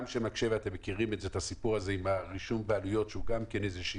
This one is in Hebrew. יש פה איזה שהוא כשל.